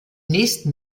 nächsten